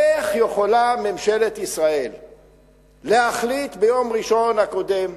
איך יכולה ממשלת ישראל להחליט, ביום ראשון הקודם,